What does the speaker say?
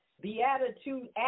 Beatitude